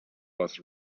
was